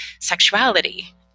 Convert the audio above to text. sexuality